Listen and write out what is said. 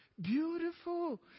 beautiful